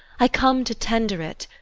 i come to tender it,